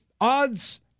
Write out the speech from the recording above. Odds